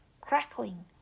crackling